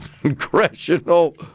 congressional